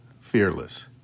Fearless